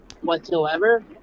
whatsoever